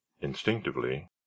Instinctively